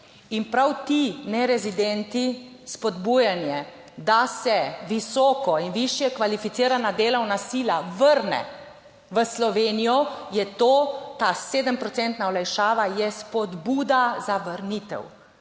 In prav ti nerezidenti, spodbujanje, da se visoko in višje kvalificirana delovna sila vrne v Slovenijo, je to ta sedem procentna olajšava, je spodbuda za vrnitev.